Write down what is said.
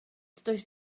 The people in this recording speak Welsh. does